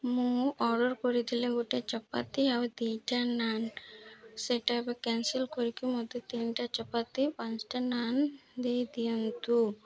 ମୁଁ ଅର୍ଡ଼ର୍ କରିଥିଲି ଗୋଟେ ଚପାତି ଆଉ ଦୁଇଟା ନାନ୍ ସେଇଟା ଏବେ କ୍ୟାନସଲ୍ କରିକି ମତେ ତିନିଟା ଚପାତି ପାଞ୍ଚଟା ନାନ୍ ଦେଇଦିଅନ୍ତୁ